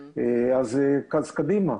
קדימה.